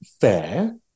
fair